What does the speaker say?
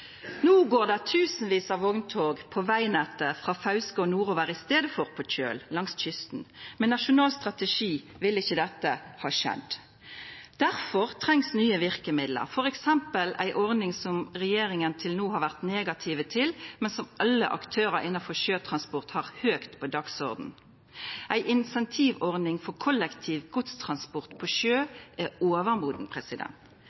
No går det tusenvis av vogntog på vegnettet frå Fauske og nordover i staden for på kjøl langs kysten. Med ein nasjonal strategi ville ikkje dette ha skjedd. Difor trengst det nye verkemiddel, f.eks. ei ordning som regjeringa til no har vore negativ til, men som alle aktørane innanfor sjøtransport har høgt på dagsordenen: ei incentivordning for kollektiv godstransport på